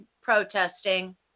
protesting